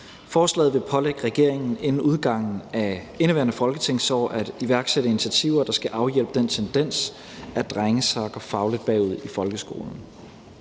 Forslaget vil pålægge regeringen inden udgangen af indeværende folketingsår at iværksætte initiativer, der skal afhjælpe den tendens, at drenge sakker fagligt bagud i folkeskolen.